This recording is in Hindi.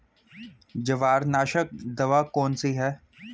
जवारनाशक दवा कौन सी है?